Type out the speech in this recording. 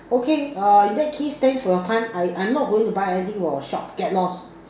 okay err in that case thanks for your time I I'm not going to buy anything from your shop get lost